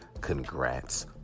congrats